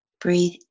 Breathe